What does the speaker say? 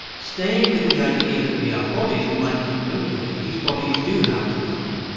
staying with the idea that we are bodies, we might think, ok, these bodies do have to die,